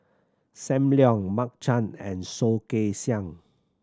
Sam Leong Mark Chan and Soh Kay Siang